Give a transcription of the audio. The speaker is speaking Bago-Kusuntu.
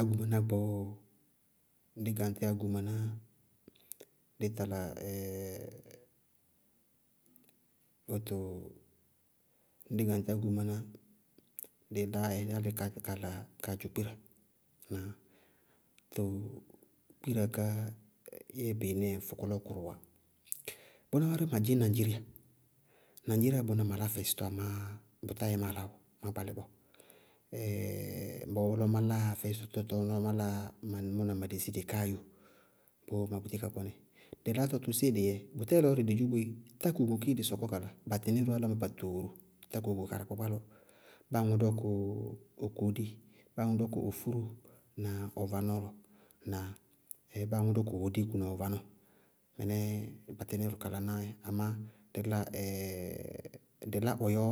águmná gbɔɔ. Dí gaŋtíyá águmná, díí gaŋtɩ ɛɛɛ wóto, dí gaŋtíyá águmná, díí láá yá álɩ kala kaadzʋ kpíra. Ŋnáa? Tɔɔ kpíra ká yɛ beenɛɛ fɔkɔlɔɔ kʋrʋʋwá. Bʋná wárí mɛ dzɩñ naŋdziriá, naŋdziriá bʋná ma lá fɛsítɔ amá bʋtá yɛ ma lá wóo má gbalɩ bɔɔ. bɔɔlɔɔ má láa fɛsítɔ tɔɔ lɔɔ má láa, mʋna ma desi, dɩ káa yo, bʋʋ ma búti ka kɔnɩ. Dɩ látɔ tʋ séé dɩ yɛɛ? Bʋtɛɛ lɔɔrɩí dɩ dzʋ boé, tákuku kéé dɩ sɔkɔ kala, ba tɩní dʋ áláŋbatooro tákuku karɩkpákpá lɔ, báa aŋʋ dɔkʋ ɔ koolíi, báa aŋʋ dɔkʋ ɔ furoó na ʋ vanɔɔ. Ŋnáa? Báa aŋʋ dɔkʋ ɔɔ diiku na ɔ vanɔɔ. Mɩnɛɛ ba tɩní dʋ ka lanáá yɛ amá dí láa dɩ lá ɔyɔɔ.